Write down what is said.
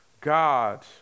God